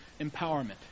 empowerment